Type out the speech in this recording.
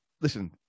Listen